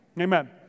Amen